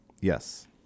Yes